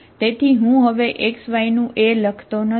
તેથી હું હવે xy નું A લખતો નથી